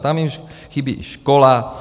Tam jim chybí i škola.